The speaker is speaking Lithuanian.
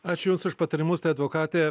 ačiū jums už patarimus tai advokatė